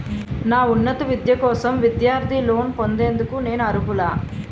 నా ఉన్నత విద్య కోసం విద్యార్థి లోన్ పొందేందుకు నేను అర్హులా?